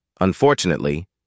Unfortunately